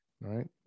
right